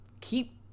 keep